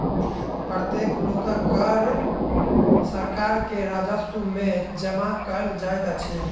प्रत्येक लोकक कर सरकार के राजस्व में जमा कयल जाइत अछि